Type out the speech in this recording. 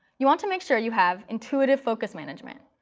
you want to make sure you have intuitive focus management,